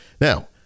Now